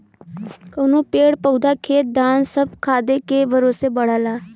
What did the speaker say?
कउनो पेड़ पउधा खेत धान सब खादे के भरोसे बढ़ला